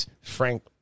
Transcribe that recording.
Frank